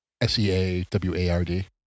s-e-a-w-a-r-d